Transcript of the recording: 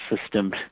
system